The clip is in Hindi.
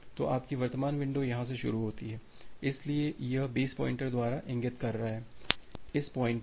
तो आपकी वर्तमान विंडो यहां से शुरू होती है इसलिए यह बेस प्वाइंटर द्वारा इंगित कर रहा है बेस पॉइंटर